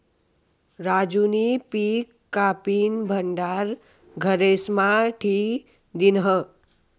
राजूनी पिक कापीन भंडार घरेस्मा ठी दिन्हं